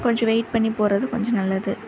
கொஞ்சம் வெயிட் பண்ணி போவது கொஞ்சம் நல்லது